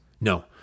no